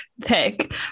pick